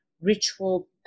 ritual